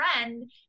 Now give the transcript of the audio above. friend